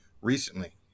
recently